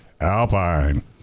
Alpine